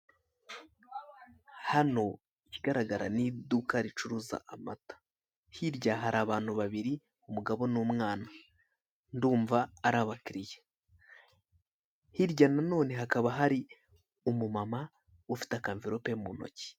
Hano, ikigaragara cyo ni iduka ricuruza amata. Hirya abantu babiri; umugabo nk'umwna , hakaba hari abakiriya.